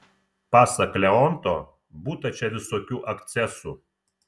pasak leonto būta čia visokių akcesų